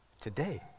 Today